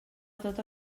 tota